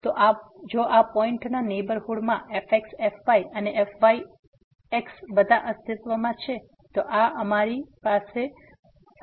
તેથી જો આ પોઈન્ટના નેહબરહુડમાં fxfy અને fyx બધા અસ્તિત્વમાં છે તો આ અમારી પાસે છે